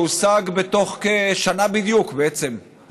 שהושג בתוך שנה בדיוק בעצם,